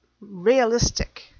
realistic